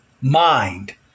Mind